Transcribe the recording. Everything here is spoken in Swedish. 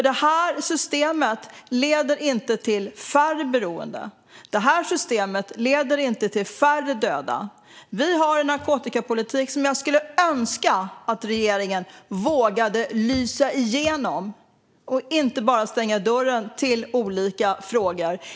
Det här systemet leder nämligen inte till färre beroende. Det leder inte till färre döda. Vi har en narkotikapolitik som jag skulle önska att regeringen vågade lysa igenom och att den inte bara stänger dörren för olika frågor.